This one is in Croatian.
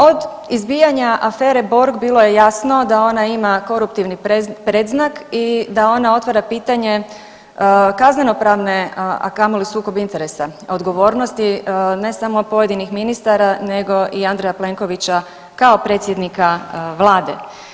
Od izbijanja afere Borg bilo je jasno da ona ima koruptivni predznak i da ona otvara pitanje kaznenopravne, a kamoli sukob interesa, odgovornosti ne samo pojedinih ministara nego i Andreja Plenkovića kao predsjednika vlade.